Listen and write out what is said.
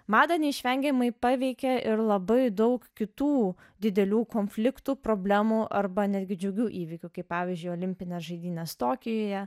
madą neišvengiamai paveikė ir labai daug kitų didelių konfliktų problemų arba netgi džiugių įvykių kai pavyzdžiui olimpinės žaidynės tokijuje